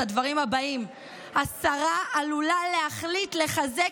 את הדברים הבאים: השרה עלולה להחליט לחזק